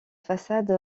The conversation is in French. façade